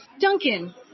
Duncan